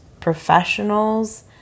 professionals